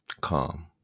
Calm